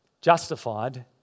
justified